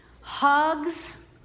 hugs